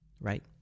Right